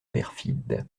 perfide